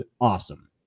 awesome